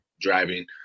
driving